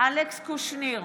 אלכס קושניר,